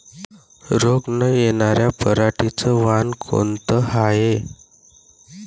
रोग न येनार पराटीचं वान कोनतं हाये?